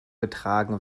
getragen